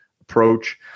approach